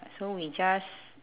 so we just